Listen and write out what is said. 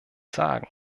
sagen